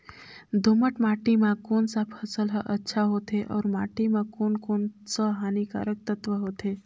दोमट माटी मां कोन सा फसल ह अच्छा होथे अउर माटी म कोन कोन स हानिकारक तत्व होथे?